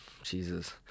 Jesus